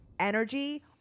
energy